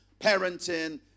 parenting